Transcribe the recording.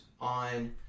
on